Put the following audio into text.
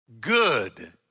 good